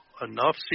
enough